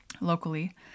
locally